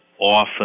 often